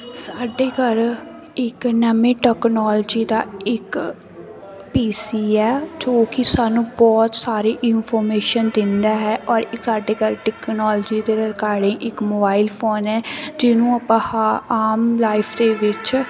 ਸਾਡੇ ਘਰ ਇੱਕ ਨਵੀਂ ਟੋਕਨੋਲਜੀ ਦਾ ਇੱਕ ਪੀ ਸੀ ਆ ਜੋ ਕਿ ਸਾਨੂੰ ਬਹੁਤ ਸਾਰੇ ਇਨਫੋਰਮੇਸ਼ਨ ਦਿੰਦਾ ਹੈ ਔਰ ਸਾਡੇ ਘਰ ਟੈਕਨੋਲਜੀ ਦੇ ਰਿਕਾਰਡਿੰਗ ਇੱਕ ਮੋਬਾਈਲ ਫੋਨ ਹੈ ਜਿਹਨੂੰ ਆਪਾਂ ਹਾ ਆਮ ਲਾਈਫ ਦੇ ਵਿੱਚ